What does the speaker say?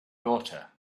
daughter